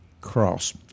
cross